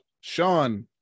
Sean